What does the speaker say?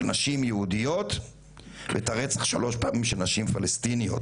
נשים יהודיות ואת הרצח שלוש פעמים של נשים פלשתינאיות.